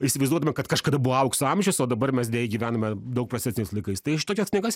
įsivaizduodami kad kažkada buvo aukso amžius o dabar mes deja gyvenime daug prastesniais laikais tai šitokias knygas